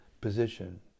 position